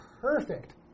perfect